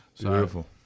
Beautiful